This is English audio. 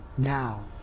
now.